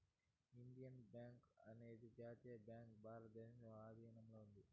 Indian bank అనేది జాతీయ bank భారతదేశంలో ఆధీనంలో ఉంది